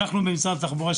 אנחנו במשרד התחבורה,